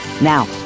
Now